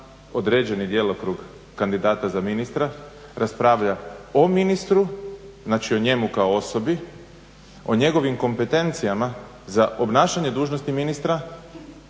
određeni djelokrug kandidata za ministra, raspravlja o ministru, znači o njemu kao osobi o njegovim kompetencijama za obnašanje dužnosti ministra